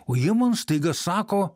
o jie man staiga sako